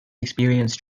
experienced